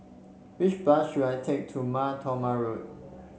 which bus should I take to Mar Thoma Road